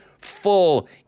full